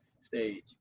stage